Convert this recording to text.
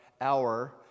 hour